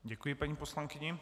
Děkuji paní poslankyni.